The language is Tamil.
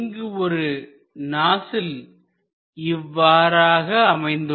இங்கு ஒரு நாசில் இவ்வாறாக அமைந்துள்ளது